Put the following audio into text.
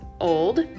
old